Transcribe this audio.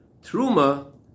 Truma